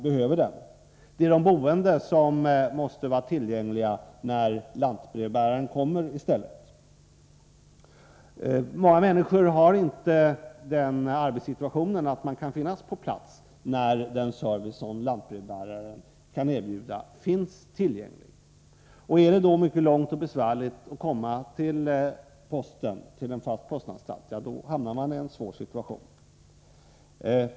Det är i stället de boende som måste vara tillgängliga när lantbrevbäraren kommer, och många människor har inte ett sådant arbete att de kan finnas på plats när den service som lantbrevbäraren kan erbjuda finns tillgänglig. Om det då är långt och besvärligt att komma till en fast postanstalt, hamnar man i en svår situation.